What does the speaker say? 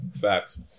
facts